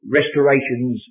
restorations